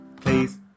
Please